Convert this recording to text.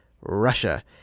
Russia